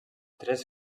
tres